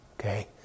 Okay